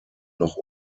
noch